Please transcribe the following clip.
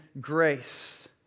grace